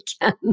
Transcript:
again